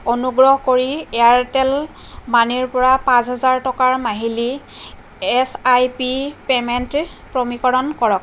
অনুগ্ৰহ কৰি এয়াৰটেল মানিৰ পৰা পাঁচ হাজাৰ টকাৰ মাহিলী এছ আই পি পে'মেণ্ট প্ৰমীকৰণ কৰক